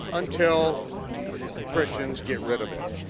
until christians get rid of it.